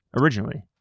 originally